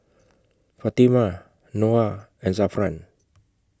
Fatimah Noah and Zafran